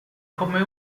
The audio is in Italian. come